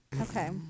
Okay